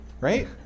Right